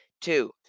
Two